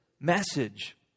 message